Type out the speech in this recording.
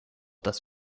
das